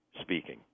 speaking